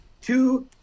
two